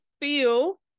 feel